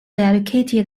educated